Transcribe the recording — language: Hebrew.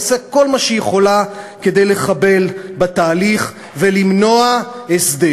עושה כל מה שהיא יכולה כדי לחבל בתהליך ולמנוע הסדר,